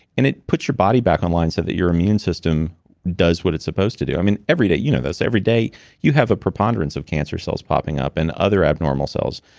and it puts your body back on line so that your immune system does what it's supposed to do. i mean, every day, you know this, every day you have a preponderance of cancer cells popping up, and other abnormal cells.